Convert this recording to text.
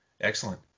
Excellent